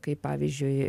kaip pavyzdžiui